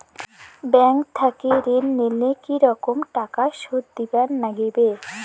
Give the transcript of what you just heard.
Bank থাকি ঋণ নিলে কি রকম টাকা সুদ দিবার নাগিবে?